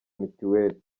mituweli